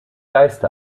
geiste